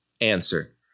answer